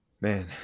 Man